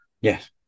Yes